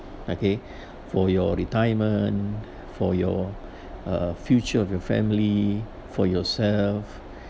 okay for your retirement for your uh future of your family for yourself